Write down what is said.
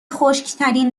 خشکترین